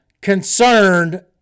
concerned